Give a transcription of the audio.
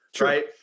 right